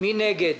מי נגד?